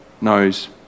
knows